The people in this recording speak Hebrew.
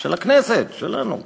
של הכנסת, שלנו פה.